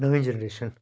नमीं जेनरेशन